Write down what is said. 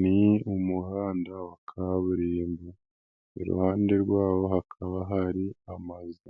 Ni umuhanda wa kaburimbo, iruhande rwabo hakaba hari amazu.